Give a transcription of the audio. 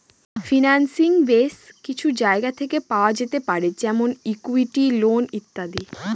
financing base কিছু জায়গা থেকে পাওয়া যেতে পারে যেমন ইকুইটি, লোন ইত্যাদি